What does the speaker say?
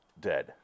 dead